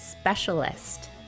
specialist